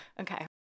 Okay